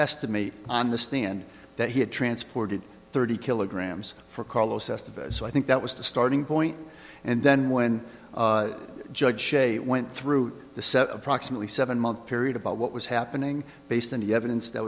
estimate on the stand that he had transported thirty kilograms for carlos yesterday so i think that was the starting point and then when judge shea went through the approximately seven month period about what was happening based on the evidence that